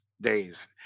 days